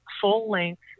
full-length